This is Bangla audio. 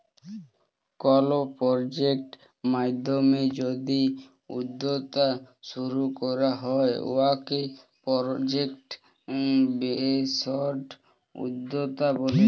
কল পরজেক্ট মাইধ্যমে যদি উদ্যক্তা শুরু ক্যরা হ্যয় উয়াকে পরজেক্ট বেসড উদ্যক্তা ব্যলে